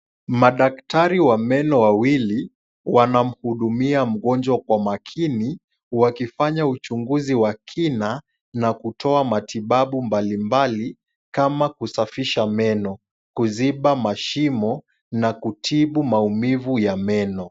Madaktari wa meno wawili wanamhudumia mgonjwa kwa makini, wakifanya uchunguzi wa kina na kutoa matibabu mbalimbali kama kusafisha meno, kuzimba mashimo na kutibu maumivu ya meno.